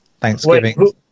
Thanksgiving